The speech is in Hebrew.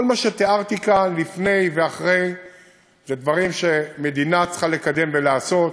כל מה שתיארתי כאן לפני ואחרי זה דברים שמדינה צריכה לקדם ולעשות,